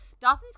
dawson's